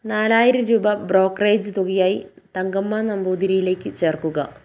നാലായിരം രൂപ ബ്രോക്കറേജ് തുകയായി തങ്കമ്മ നമ്പൂതിരിയിലേക്ക് ചേർക്കുക